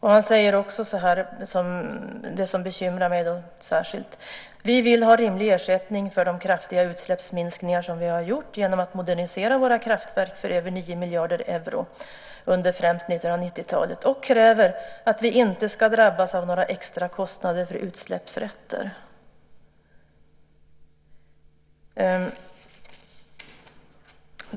Han säger också det som bekymrar mig särskilt: "Vi vill ha rimlig ersättning för de kraftiga utsläppsminskningar som vi gjort genom att modernisera våra kraftverk för över 9 miljarder euro under främst 1990-talet och kräver att vi inte ska drabbas av några extra kostnader för utsläppsrätter."